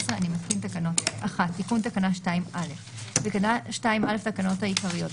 אני מתקין תקנות אלה: תיקון תקנה 2א 1. בתקנה 2א לתקנות העיקריות,